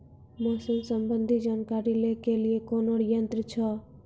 मौसम संबंधी जानकारी ले के लिए कोनोर यन्त्र छ?